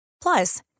Plus